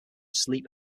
sleep